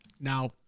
Now